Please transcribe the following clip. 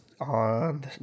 on